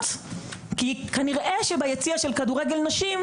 היתה היו הרבה תלונות בוועדה לפניות הציבור.